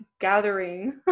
gathering